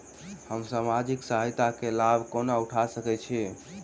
हम सामाजिक सहायता केँ लाभ कोना उठा सकै छी?